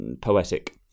poetic